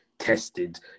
tested